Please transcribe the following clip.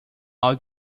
all